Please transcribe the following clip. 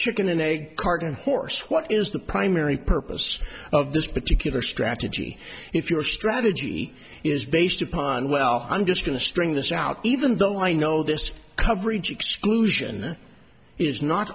chicken and egg carton horse what is the primary purpose of this particular strategy if your strategy is based upon well i'm just going to string this out even though i know this coverage exclusion is not